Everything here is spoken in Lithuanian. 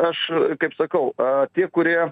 aš kaip sakau a tie kurie